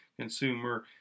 consumer